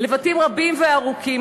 לבטים רבים וארוכים.